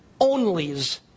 onlys